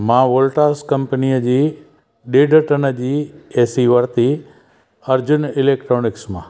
मां वॉल्टास कंपनीअ जी ॾेढ टन जी एसी वरिती अर्जुन इलैक्ट्रोनिक्स मां